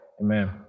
Amen